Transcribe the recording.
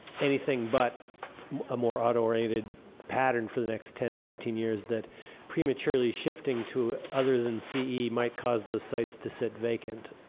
anything but more auto oriented pattern for the next ten to fifteen years that prematurely shifting to other than ce might cause those sites to sit vacant.